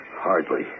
Hardly